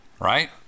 right